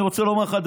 אני רוצה לומר לך,